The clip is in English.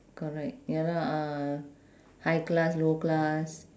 correct ya lah uh high class low class